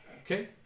Okay